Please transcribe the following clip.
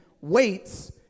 waits